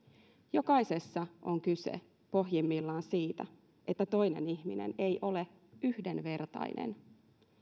jokaisessa on kyse pohjimmiltaan siitä että toinen ihminen ei ole yhdenvertainen